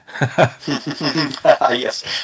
Yes